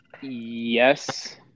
Yes